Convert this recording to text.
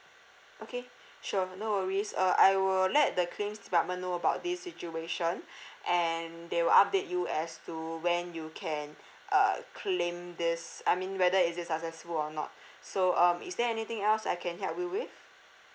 okay sure no worries uh I will let the claims department know about this situation and they will update you as to when you can uh claim this I mean whether is it successful or not so um is there anything else I can help you with